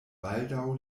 baldaŭ